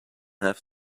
have